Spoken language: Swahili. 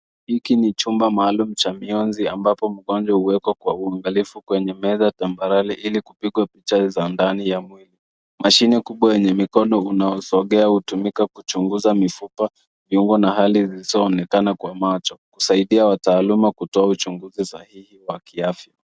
Hiki ni chumba maalum cha mionzi ambapo mgonjwa huwekwa kwa uangalifu kwenye meza tambarare ili kupigwa picha za ndani ya mwili. Mashine kubwa yenye mikono unaosogea hutumika kuchunguza mifupa, viungo na hali zisizoonekana kwa macho kusaidia wataaluma kutoa uchunguzi sahihi wa kiafya.